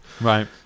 Right